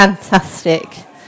Fantastic